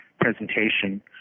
presentation